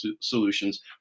solutions